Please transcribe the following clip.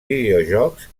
videojocs